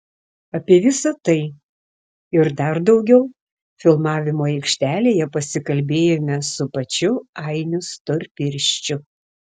apie visa tai ir dar daugiau filmavimo aikštelėje pasikalbėjome su pačiu ainiu storpirščiu